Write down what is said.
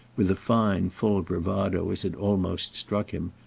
with the fine full bravado as it almost struck him,